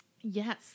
Yes